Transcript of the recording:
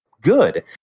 good